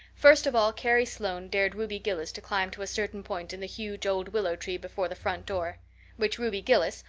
first of all carrie sloane dared ruby gillis to climb to a certain point in the huge old willow tree before the front door which ruby gillis,